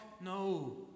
No